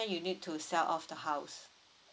you need to sell off the house